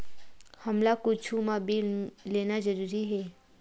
हमला कुछु मा बिल लेना जरूरी हे?